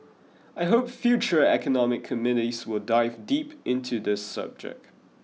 I hope future economic committees will dive deep into the subject